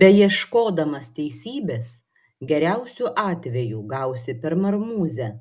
beieškodamas teisybės geriausiu atveju gausi per marmuzę